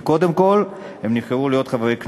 כי הם קודם כול נבחרו להיות חברי כנסת.